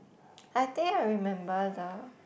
I think I remember the